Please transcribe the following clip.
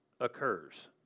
occurs